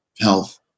health